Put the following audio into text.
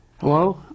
Hello